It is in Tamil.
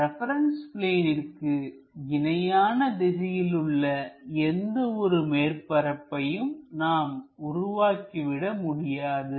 ரெபரன்ஸ் பிளேனிற்கு இணையான திசையிலுள்ள எந்த ஒரு மேற்பரப்பையும் நாம் உருவாக்கி விட முடியாது